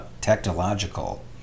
technological